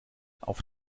auf